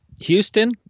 Houston